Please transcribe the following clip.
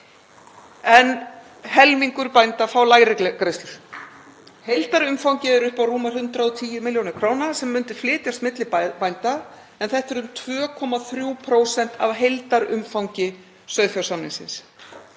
en helmingur bænda fá lægri greiðslur. Heildarumfangið er upp á rúmar 110 millj. kr. sem myndu flytjast milli bænda, en þetta eru 2,3% af heildarumfangi sauðfjársamningsins.